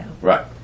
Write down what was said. right